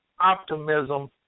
optimism